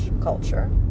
culture